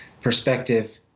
perspective